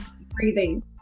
breathing